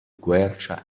quercia